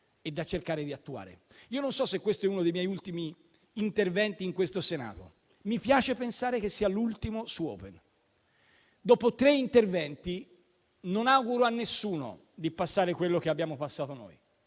e si cerchi di attuarlo. Non so se questo è uno dei miei ultimi interventi in questo Senato, ma mi piace pensare che sia l'ultimo su Open. Dopo tre interventi, non auguro a nessuno di passare quello che abbiamo passato noi,